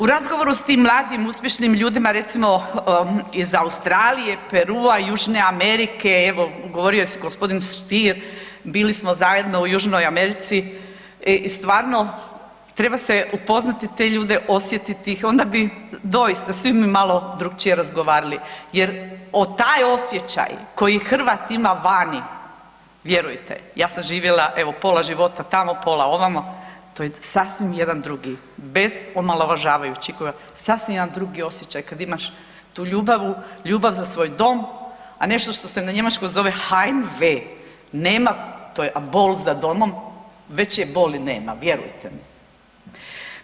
U razgovoru s tim mladim uspješnim ljudima, recimo iz Australije, Perua, J. Amerike, govorio je g. Stier, bili smo zajedno u J. Americi i stvarno treba se upoznati te ljude, osjetiti ih onda bi doista svi mi malo drukčije razgovarali jer taj osjećaj koji Hrvat ima vani, vjerujte, ja sam živjela evo pola života tamo, pola ovamo, to je sasvim jedan drugi bez omalovažavajući ikoga, sasvim jedan drugi osjećaj kad imaš tu ljubav za svoj dom a nešto što se na njemačkom zove ... nema, to je bol za domom, veće boli nema, vjerujte mi.